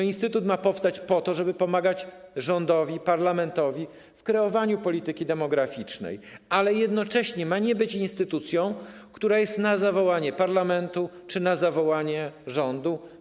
Instytut ma powstać po to, żeby pomagać rządowi, parlamentowi w kreowaniu polityki demograficznej, ale jednocześnie nie ma być instytucją, która jest na zawołanie parlamentu czy rządu.